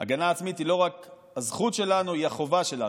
הגנה עצמית היא לא רק הזכות שלנו, היא החובה שלנו.